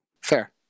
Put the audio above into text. Fair